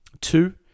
Two